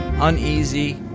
Uneasy